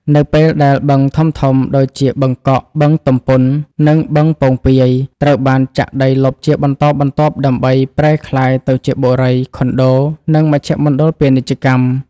នៅពេលដែលបឹងធំៗដូចជាបឹងកក់ បឹងទំពុន និងបឹងពោងពាយ ត្រូវបានចាក់ដីលុបជាបន្តបន្ទាប់ដើម្បីប្រែក្លាយទៅជាបុរី ខុនដូ និងមជ្ឈមណ្ឌលពាណិជ្ជកម្ម។